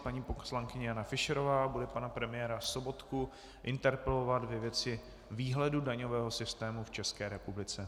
Paní poslankyně Jana Fischerová bude pana premiéra Sobotku interpelovat ve věci výhledu daňového systému v České republice.